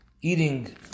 eating